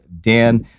Dan